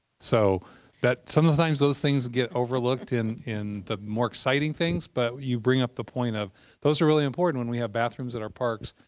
so but sometimes those things get overlooked in in the more exciting things, but you bring up the point of those are really important when we have bathrooms in our parks.